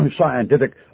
scientific